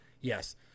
yes